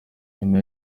nyuma